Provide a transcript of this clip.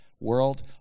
world